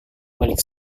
milik